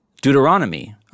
Deuteronomy